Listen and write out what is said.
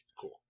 Cool